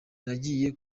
nagiye